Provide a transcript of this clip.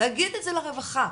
להגיד את זה לרווחה,